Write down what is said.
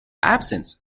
absence